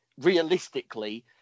realistically